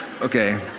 Okay